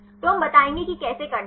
तो हम बताएंगे कि कैसे करना है